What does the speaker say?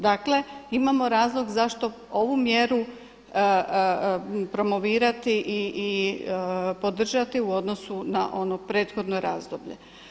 Dakle mi imamo razlog zašto ovu mjeru promovirati i podržati u odnosu na ono prethodno razdoblje.